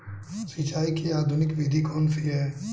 सिंचाई की आधुनिक विधि कौन सी है?